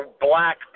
black